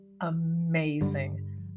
amazing